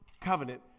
covenant